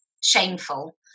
shameful